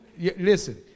listen